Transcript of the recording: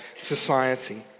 society